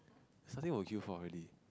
something will queue for really